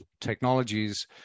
technologies